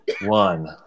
one